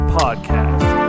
podcast